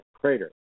crater